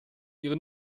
ihre